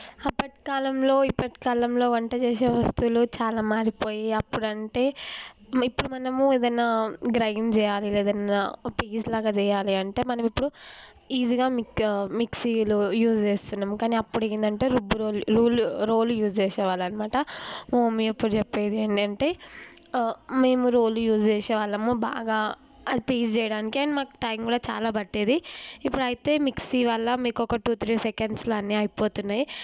అప్పటి కాలంలో ఇప్పటి కాలంలో వంట చేసే వస్తువులు చాలా మారిపోయాయి అప్పుడంటే ఇప్పుడు మనము ఏదన్నా గ్రైండ్ చేయాలి ఏదన్నా పీస్లాగా చేయాలి అంటే మనం ఇప్పుడు ఈజీగా మిక్ మిక్సీలో యూస్ చేస్తున్నాం కానీ అప్పుడు ఏంటంటే రుబ్బురోలు రోలు యూజ్ చేసేవారు అన్నమాట మా మమ్మీ అప్పుడు చెప్పేది ఏంటంటే మేము రోలు యూజ్ చేసే వాళ్ళము బాగా అది పీస్ చేయడానికి అండ్ మాకు టైం కూడా చాలా పట్టేది ఇప్పుడైతే మిక్సీ వల్ల మీకు ఒక టూ త్రీ సెకండ్స్లో అన్ని అయిపోతున్నాయి